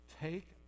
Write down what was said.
take